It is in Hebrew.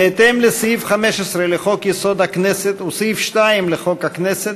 בהתאם לסעיף 15 לחוק-יסוד: הכנסת וסעיף 2 לחוק הכנסת,